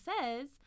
says